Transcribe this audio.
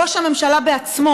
ראש הממשלה בעצמו